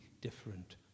different